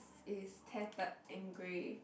is tattered and grey